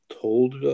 told